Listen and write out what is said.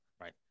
Right